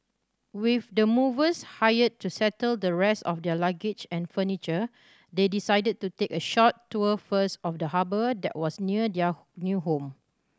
with the movers hired to settle the rest of their luggage and furniture they decided to take a short tour first of the harbour that was near their new home